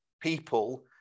people